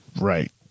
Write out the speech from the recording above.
Right